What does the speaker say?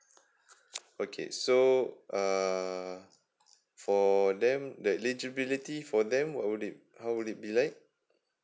okay so uh for them eligibility for them what would it how would it be like